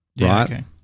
Right